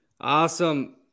awesome